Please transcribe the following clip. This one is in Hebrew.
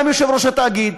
גם יושב-ראש התאגיד,